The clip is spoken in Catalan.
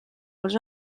els